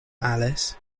alice